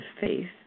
faith